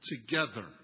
together